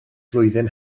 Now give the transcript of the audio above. flwyddyn